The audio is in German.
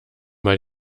mal